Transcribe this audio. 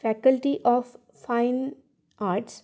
faculty of fine arts